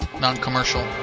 non-commercial